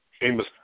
Amos